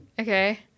Okay